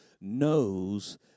knows